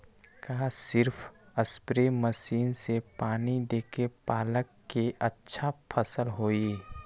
का सिर्फ spray machine से पानी देके पालक के अच्छा फसल होई?